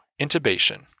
intubation